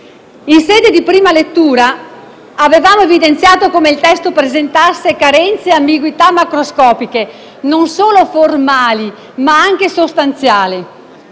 In sede di prima lettura, avevamo evidenziato come il testo presentasse carenze e ambiguità macroscopiche non solo formali ma anche sostanziali.